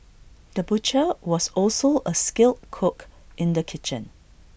the butcher was also A skilled cook in the kitchen